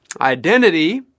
Identity